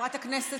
חברת הכנסת יוליה,